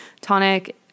Tonic